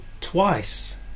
twice